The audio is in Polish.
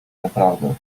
naprawdę